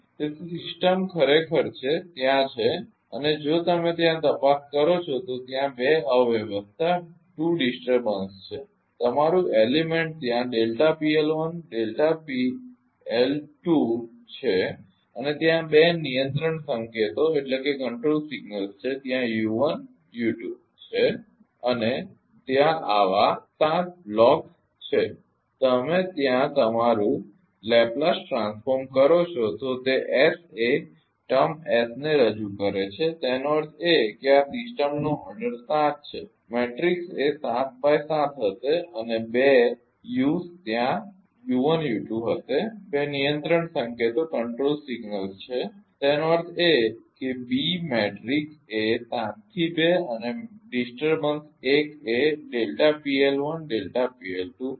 તેથી સિસ્ટમ ખરેખર છે ત્યાં છે અને જો તમે ત્યાં તપાસ કરો છો કે ત્યાં બે અવ્યવસ્થા છે તમારું એલીમેન્ટ ત્યાં છે અને ત્યાં બે નિયંત્રણ સંકેતો છે ત્યાં u1 u2 છે અને ત્યાં આવા 7 બ્લોક્સ છે તમે ત્યાં તમારૂ લેપ્લેસ ટ્રાન્સફોર્મ કરો છો તે એસ એ ટર્મ એસ ને રજૂ કરે છે તેનો અર્થ એ કે આ સિસ્ટમનો ઓર્ડર 7 છે મેટ્રિક્સ એ 7 x 7 હશે અને 2 યુ ત્યાં u1 u2 હશે બે નિયંત્રણ સંકેતો છે તેનો અર્થ એ કે બી મેટ્રિક્સ એ 7 થી 2 અને ડિસ્ટર્બન્સ 1 એ હશે